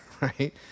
right